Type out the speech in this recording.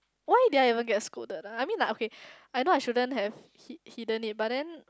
why did I even get scolded I mean like okay I know I shouldn't have hid hidden it but then